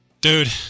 Dude